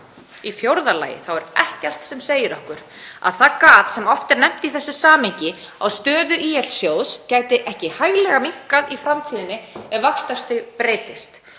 Í fjórða lagi er ekkert sem segir okkur að það gat sem oft er nefnt í þessu samhengi á stöðu ÍL-sjóðs gæti ekki hæglega minnkað í framtíðinni ef vaxtastig breytist.